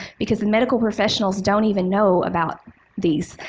because medical professionals don't even know about these.